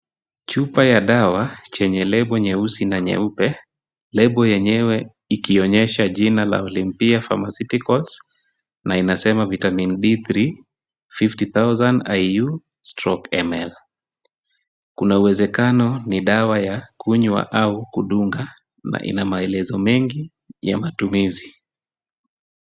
Chupa ya dawa, chenye lebo nyeusi na nyeupe? Lebo yenyewe ikionyesha jina la Olimpia ya pharmaceuticals, Na inasema vitamin D3 50,000 IU, stroke ML. Kunauwezekano ni dawa ya kunywa au kudunga, na ina maelezo mengi ya matumizi.